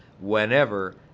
whenever